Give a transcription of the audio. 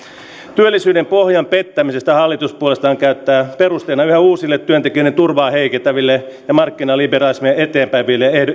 työllisyyden pohjan pettämistä hallitus puolestaan käyttää perusteena yhä uusille työntekijöiden turvaa heikentäville ja markkinaliberalismia eteenpäin